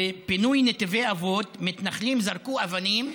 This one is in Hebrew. בפינוי נתיב האבות מתנחלים זרקו אבנים.